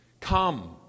come